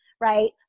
right